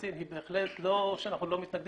הטייסים היא בהחלט לא שאנחנו לא מתנגדים,